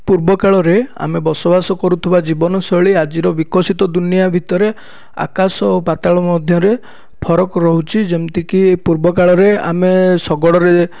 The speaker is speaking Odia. ପୂର୍ବକାଳରେ ଆମେ ବସବାସ କରୁଥିବା ଜୀବନ ଶୈଳୀ ଆଜିର ବିକଶିତ ଦୁନିଆ ଭିତରେ ଆକାଶ ଆଉ ପାତାଳ ମଧ୍ୟରେ ଫରକ ରହୁଛି ଯେମିତିକି ପୂର୍ବ କାଳରେ ଆମେ ଶଗଡ଼ରେ